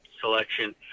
selection